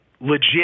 legit